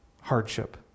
hardship